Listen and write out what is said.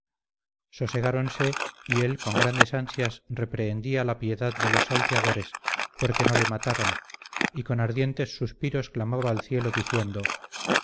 él mismo sosegáronse y él con grandes ansias reprehendía la piedad de los salteadores porque no le mataron y con ardientes suspiros clamaba al cielo diciendo